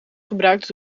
gebruikt